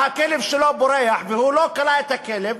הכלב שלו בורח והוא לא כלא את הכלב,